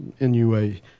NUA